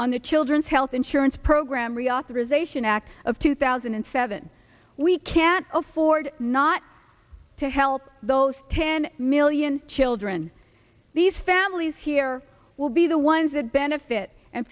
on the children's health insurance program reauthorization act of two thousand and seven we can't afford not to help those ten million children these families here will be the ones that benefit and